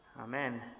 Amen